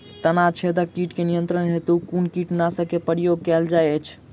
तना छेदक कीट केँ नियंत्रण हेतु कुन कीटनासक केँ प्रयोग कैल जाइत अछि?